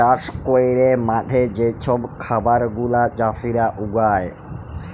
চাষ ক্যইরে মাঠে যে ছব খাবার গুলা চাষীরা উগায়